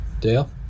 Dale